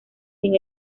sin